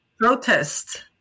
protest